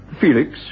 Felix